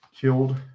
killed